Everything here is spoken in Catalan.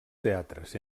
teatres